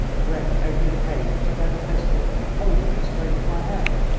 the wretch opened the case, took out a pistol, and pointed it straight at my head.